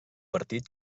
partit